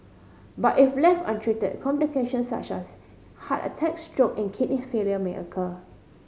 but if left untreated complication such as heart attacks stroke and kidney failure may occur